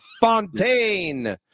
Fontaine